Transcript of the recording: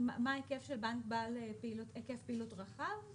מה ההיקף של בנק בעל היקף פעילות רחב?